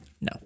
No